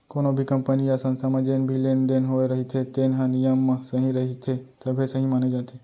कोनो भी कंपनी य संस्था म जेन भी लेन देन होए रहिथे तेन ह नियम म सही रहिथे तभे सहीं माने जाथे